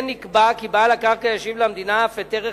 כן נקבע כי בעל הקרקע ישיב למדינה אף את ערך